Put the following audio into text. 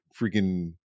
freaking